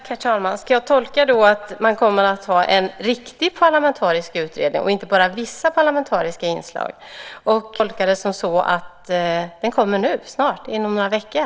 Herr talman! Ska jag tolka det som att man kommer att ha en riktig parlamentarisk utredning och inte bara "vissa parlamentariska inslag"? Och ska jag tolka det som att den kommer nu, snart, inom några veckor?